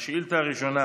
השאילתה הראשונה